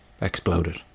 exploded